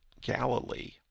Galilee